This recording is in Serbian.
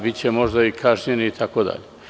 Biće možda i kažnjeni itd.